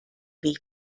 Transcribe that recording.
weg